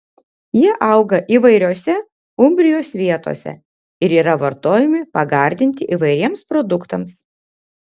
jie auga įvairiose umbrijos vietose ir yra vartojami pagardinti įvairiems produktams